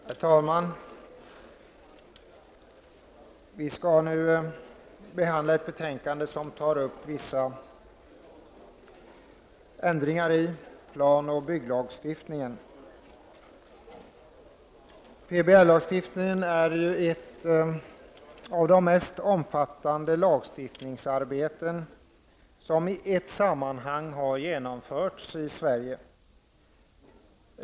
Herr talman! Vi skall nu behandla ett betänkande som gäller vissa ändringar i plan och bygglagstiftningen. Plan och bygglagstiftningen är ett av de mest omfattande lagstiftningsarbeten som i ett sammanhang har genomförts i Sverige.